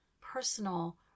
personal